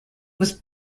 was